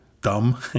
Dumb